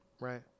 Right